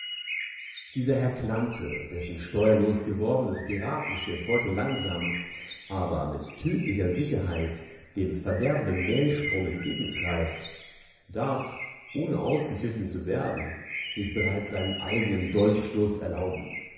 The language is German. dieser herr klante dessen steuerlos gewordenes piratenschiff heute langsam aber mit tödlicher sicherheit dem verderbenden maelstrom entgegentreibt darf ohne ausgepfiffen zu werden sich bereits seinen eigenen dolchstoß erlauben